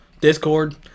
Discord